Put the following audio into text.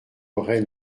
reine